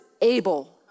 able